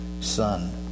Son